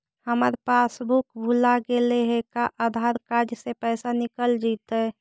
हमर पासबुक भुला गेले हे का आधार कार्ड से पैसा निकल जितै?